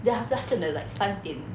then after that 他真的 like 三点